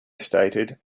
stated